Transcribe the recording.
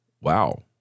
Wow